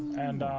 and